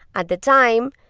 at the time,